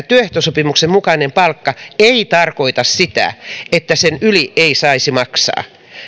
työehtosopimuksen mukainen palkka ei tarkoita sitä että sen yli ei saisi maksaa